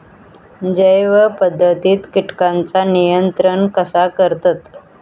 जैव पध्दतीत किटकांचा नियंत्रण कसा करतत?